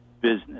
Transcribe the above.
business